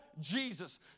Jesus